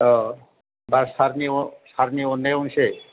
दा सारनि सारनि अननायावनोसै